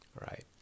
right